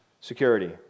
Security